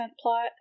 plot